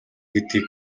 гэдгийг